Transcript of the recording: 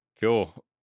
cool